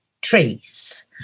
trees